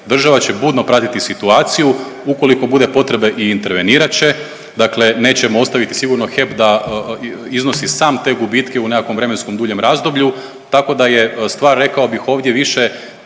država će budno pratiti situaciju, ukoliko bude potrebe i intervenirat će, dakle, nećemo ostaviti sigurno HEP da iznosi sam te gubitke u nekakvom vremenskom duljem razdoblju, tako da je stvar, rekao bih ovdje više